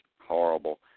horrible